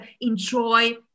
enjoy